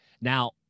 Now